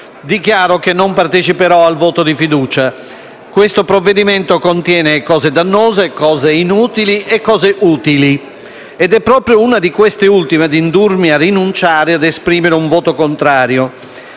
dichiaro che non parteciperò al voto di fiducia. Questo provvedimento contiene cose dannose, cose inutili e cose utili. È proprio una di queste ultime a indurmi a rinunciare a esprimere un voto contrario.